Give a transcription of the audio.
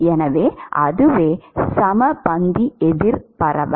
எனவே அதுவே சமபந்தி எதிர் பரவல்